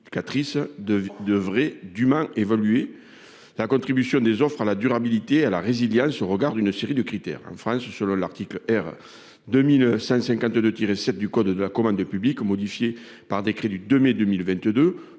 d'un marché public, la contribution des offres à la durabilité et à la résilience en fonction d'une série de critères. En France, selon l'article R. 2152-7 du code de la commande publique, modifié par le décret du 2 mai 2022,